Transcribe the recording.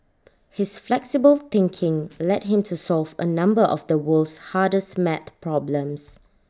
his flexible thinking led him to solve A number of the world's hardest maths problems